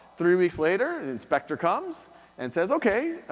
three weeks later an inspector comes and says okay,